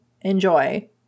enjoy